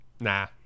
Nah